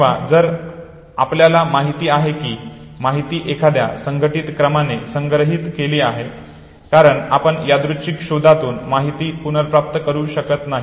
किंवा जर आपल्याला माहिती आहे की माहिती एखाद्या संघटित क्रमाने संग्रहित केली आहे कारण आपण यादृच्छिक शोधातून माहिती पुनरप्राप्त करू शकत नाही